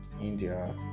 India